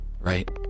Right